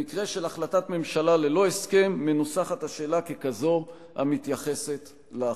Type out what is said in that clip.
במקרה של החלטת ממשלה ללא הסכם מנוסחת השאלה ככזו המתייחסת להחלטה.